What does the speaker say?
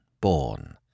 born